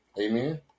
Amen